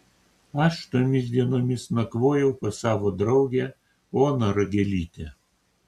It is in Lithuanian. aš tomis dienomis nakvojau pas savo draugę oną ragelytę